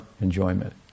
enjoyment